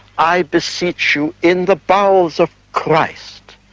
i beseech you in the bowels of christ,